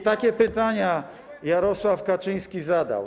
I takie pytania Jarosław Kaczyński zadał.